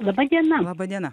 laba diena laba diena